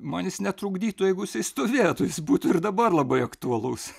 man jis netrukdytų jeigu jisai stovėtų jis būtų ir dabar labai aktualus